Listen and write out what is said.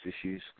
issues